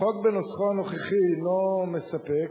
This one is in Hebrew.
החוק בנוסחו הנוכחי הינו מספק.